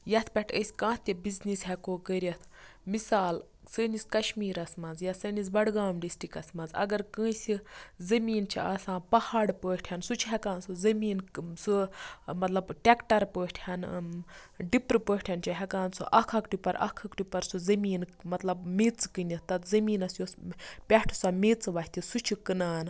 یَتھ پٮ۪ٹھ أسۍ کانٛہہ تہِ بِزنٮ۪س ہیٚکو کٔرِتھ مِثال سٲنِس کَشمیرَس مَنٛز یا سٲنِس بَڈگام ڈِسٹرکَس مَنٛز اگر کٲنٛسہِ زمیٖن چھِ آسان پَہاڑ پٲٹھۍ سُہ چھُ ہیٚکان سُہ زمیٖن سُہ مَطلِب ٹریٚکٹَر پٲٹھۍ ڈپرٕ پٲٹھۍ چھ ہیٚکان سُہ اکھ اکھ ڈِپر اکھ اکھ ڈپر سُہ زمیٖن مَطلَب میٚژ کٕنِتھ تَتھ زمیٖنَس یۄس پٮ۪ٹھٕ سۄ میٚژ وۄتھِ سُہ چھُ کٕنان